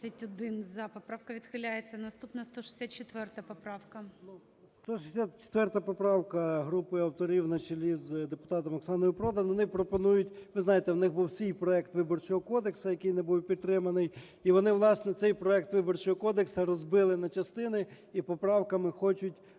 За-31 Поправка відхиляється. Наступна 164 поправка. 13:28:24 ЧЕРНЕНКО О.М. 164 поправка групи авторів на чолі з депутатом Оксаною Продан, вони пропонують… Ви знаєте, в них був свій проект Виборчого кодексу, який не був підтриманий, і вони, власне, цей проект Виборчого кодексу розбили на частини і поправками хочуть внести